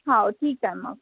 हो ठीक आहे मग